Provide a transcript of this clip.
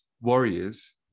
warriors